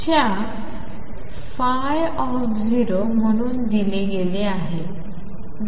च्या 0 म्हणून दिले गेले आहे